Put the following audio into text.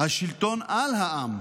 השלטון על העם,